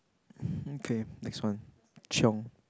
okay next one chiong